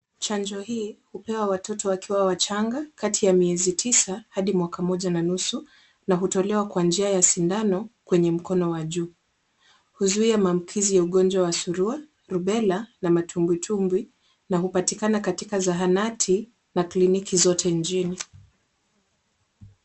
Chanjo hii hupewa watoto wakiwa wachanga kati ya miezi tisa hadi mwaka mmoja na nusu. Na hutolea kwa njia ya sindano kwenye mkono wa juu. Huzuia mambikizi ya ugonjwa wa surua, rubela na matumbwitumbwi na hupatikana sana katika zahanati na kliniki zote nchini.